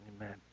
Amen